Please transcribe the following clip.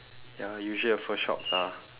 ya usually the first shops are